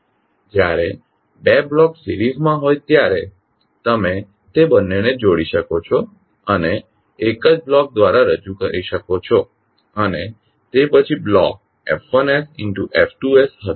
જ્યારે 2 blocks series માં હોય ત્યારે તમે તે બંનેને જોડી શકો છો અને એક જ બ્લોક દ્વારા રજૂ કરી શકો છો અને તે પછી બ્લોક F1sF2 હશે